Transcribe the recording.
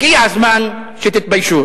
הגיע הזמן שתתביישו.